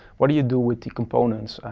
what do you do with the components?